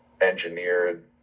engineered